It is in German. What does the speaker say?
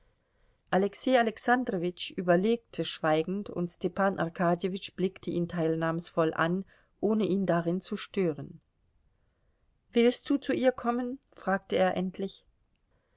alexei alexandrowitsch überlegte schweigend und stepan arkadjewitsch blickte ihn teilnahmsvoll an ohne ihn darin zu stören willst du zu ihr kommen fragte er endlich